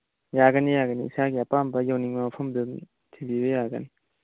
ꯌꯥꯒꯅꯤ ꯌꯥꯒꯅꯤ ꯏꯁꯥꯒꯤ ꯑꯄꯥꯝꯕ ꯌꯧꯅꯤꯡꯕ ꯃꯐꯝꯗ ꯑꯗꯨꯝ ꯊꯤꯟꯕꯤꯕ ꯌꯥꯒꯅꯤ